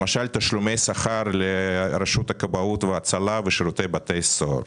למשל תשלומי שכר לרשות הכבאות וההצלה ולשירות בתי סוהר,